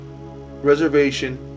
reservation